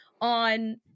on